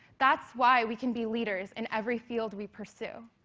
that's why we can be leaders in every field we pursue.